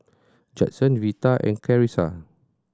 Judson Vita and Carisa